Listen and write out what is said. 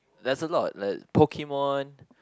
that's a lot like Pokemon